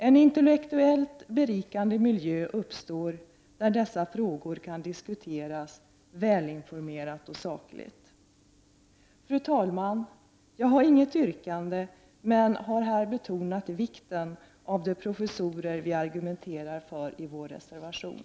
En intellektuellt berikande miljö uppstår där dessa frågor kan diskuteras välinformerat och sakligt. Fru talman! Jag har inget yrkande, men har här betonat vikten av de professurer vi argumenterat för i vår reservation.